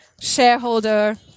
shareholder